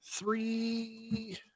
Three